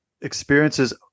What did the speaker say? experiences